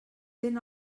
ten